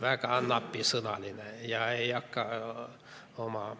väga napisõnaline ja ei hakka oma